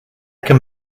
can